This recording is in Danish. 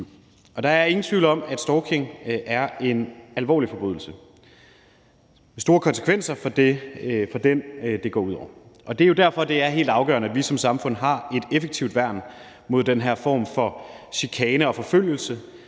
Der er ingen tvivl om, at stalking er en alvorlig forbrydelse med store konsekvenser for den, det går ud over. Det er jo derfor, det er helt afgørende, at vi som samfund har et effektivt værn mod den her form for chikane og forfølgelse,